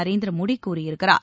நரேந்திரமோடி கூறியிருக்கிறார்